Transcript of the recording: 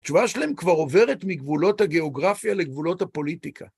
התשובה שלהם כבר עוברת מגבולות הגיאוגרפיה לגבולות הפוליטיקה.